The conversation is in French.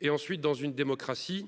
et ensuite dans une démocratie.